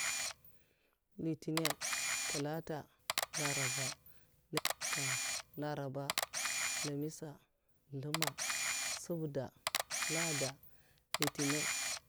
Litinah, talatah, larabah, lamisah. zlumah, subdah, lad'dah. litinah